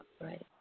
Right